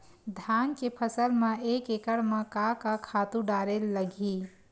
धान के फसल म एक एकड़ म का का खातु डारेल लगही?